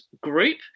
group